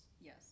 Yes